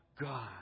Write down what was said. God